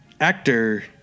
Actor